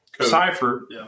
cipher